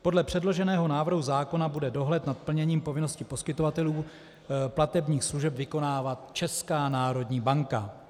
Podle předloženého návrhu zákona bude dohled nad plněním povinností poskytovatelů platebních služeb vykonávat Česká národní banka.